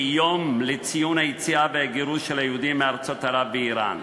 כיום לציון היציאה והגירוש של היהודים מארצות ערב ומאיראן.